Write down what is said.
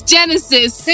Genesis